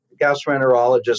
gastroenterologist